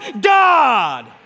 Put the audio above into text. God